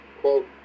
quote